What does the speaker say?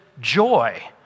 joy